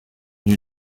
nuit